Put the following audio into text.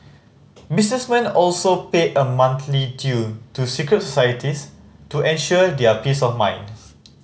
businessmen also paid a monthly due to secret societies to ensure their peace of mind